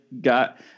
got